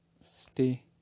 stay